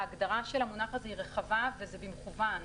ההגדרה של המונח הזה היא רחבה וזה במכוון.